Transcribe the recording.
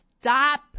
stop